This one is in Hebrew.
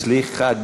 סליחה.